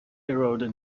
eroded